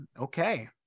okay